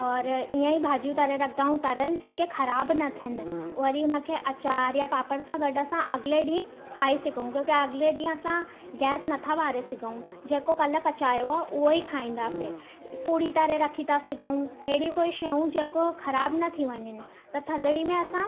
और ईअं ई भाॼियूं तरे रखंदा आहियूं तरियल जेके ख़राबु न थियनि वरी उन खे अचार या पापड़ सां गॾु असां अॻिले ॾींहुं खाई सघऊं क्योंकि अॻिले ॾींहुं असां गैस नथा ॿारे सघऊं जेको कल्ह पचायो आहे उहो ई खाईंदासि पुरी तरे रखी था सघऊं अहिड़ी कोई शयूं जेको ख़राबु न थी वञनि त थधिड़ी में असां